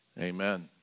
Amen